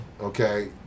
okay